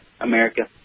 America